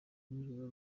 nijoro